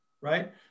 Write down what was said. Right